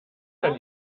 kann